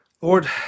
Lord